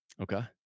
Okay